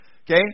okay